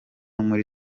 muri